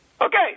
Okay